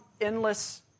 endless